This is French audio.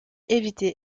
éviter